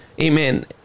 Amen